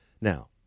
Now